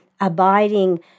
abiding